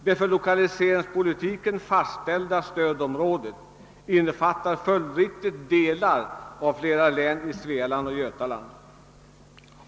Det för lokaliseringspolitiken fastställda stödområdet innefattar följdriktigt delar av flera län i Svealand och Götaland.